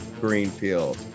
Greenfield